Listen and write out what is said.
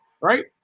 right